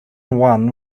one